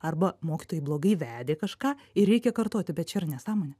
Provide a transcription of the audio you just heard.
arba mokytojai blogai vedė kažką ir reikia kartoti bet čia yra nesąmonė